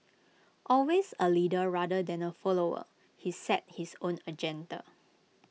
always A leader rather than A follower he set his own agenda